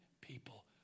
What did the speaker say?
people